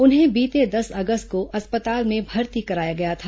उन्हें बीते दस अगस्त को अस्पताल में भर्ती कराया गया था